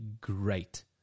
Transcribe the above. great